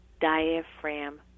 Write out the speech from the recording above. diaphragm